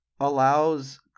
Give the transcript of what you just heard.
allows